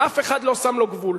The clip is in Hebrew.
ואף אחד לא שם לו גבול.